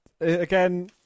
Again